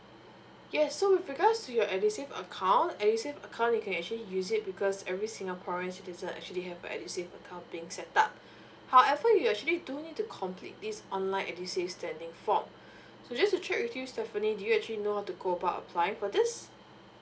yes so with regards to your edusave account edusave account you can actually use it because every singaporeans citizen actually have a edusave account being set up however you actually do need to complete this online edusave standing form so just to check with you stephanie do you actually know how to go about applying for this